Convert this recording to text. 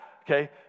Okay